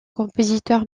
compositeur